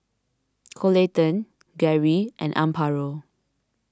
Coleton Gerri and Amparo